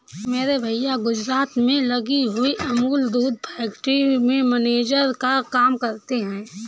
मेरे भैया गुजरात में लगी हुई अमूल दूध फैक्ट्री में मैनेजर का काम करते हैं